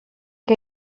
que